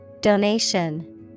Donation